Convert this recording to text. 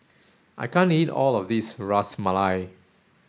I can't eat all of this Ras Malai